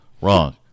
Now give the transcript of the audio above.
Wrong